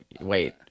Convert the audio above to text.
wait